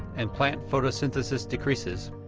and plant photosynthesis decreases,